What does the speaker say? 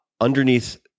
underneath